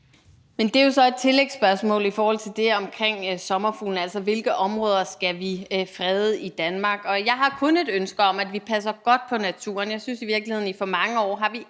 Det er jo så et tillægsspørgsmål til spørgsmålet om sommerfugle, nemlig et spørgsmål om, hvilke områder vi skal frede i Danmark. Jeg har kun et ønske om, at vi passer godt på naturen. Jeg synes i virkeligheden, at vi i for mange år ikke